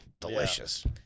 Delicious